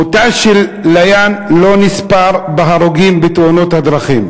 מותה של ליאן לא נספר בהרוגים בתאונות הדרכים,